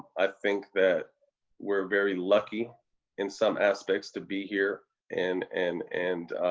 i think that we're very lucky in some aspects to be here and, and and